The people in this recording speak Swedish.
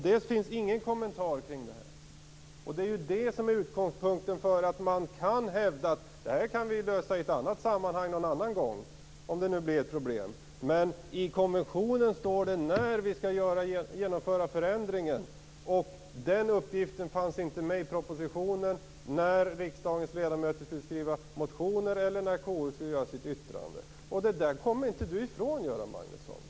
Det finns ingen kommentar till detta. Det är det som är utgångspunkten för att man kan hävda att vi kan lösa det här någon annan gång, i ett annat sammanhang om det nu blir ett problem. Men i konventionen står det när vi skall genomföra förändringen, och den uppgiften fanns inte med i propositionen när riksdagens ledamöter skulle skriva motioner eller när KU skulle utforma sitt yttrande. Det där kommer Göran Magnusson inte ifrån.